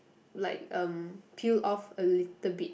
like um peel off a little bit